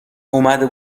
اومده